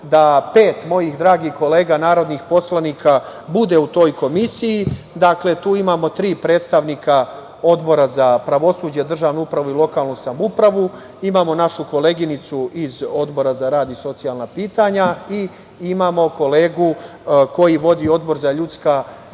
da pet mojih dragih kolega, narodnih poslanika bude u toj komisiji. Dakle, tu imamo tri predstavnika Odbora za pravosuđe i lokalnu samoupravu, imamo našu koleginicu iz Odbora za rad i socijalna pitanja i imamo kolegu koji vodi Odbor za ljudska i manjinska